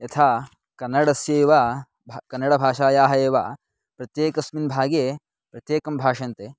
यथा कन्नडस्यैव भ कन्नडभाषायाः एव प्रत्येकस्मिन् भागे प्रत्येकं भाषन्ते